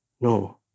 No